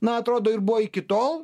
na atrodo ir buvo iki tol